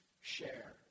share